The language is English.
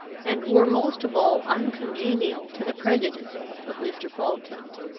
and were most of all uncongenial to the prejudices of mr. falkland.